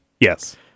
Yes